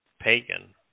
pagan